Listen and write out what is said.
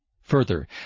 Further